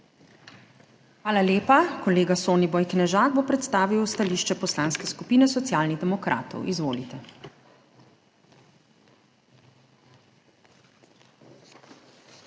Hvala lepa. Kolega Soniboj Knežak bo predstavil stališče Poslanske skupine Socialnih demokratov. Izvolite.